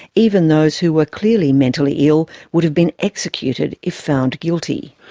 even those who were clearly mentally ill would have been executed if found guilty.